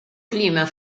clima